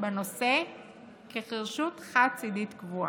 בנושא כחירשות חד-צידית קבועה,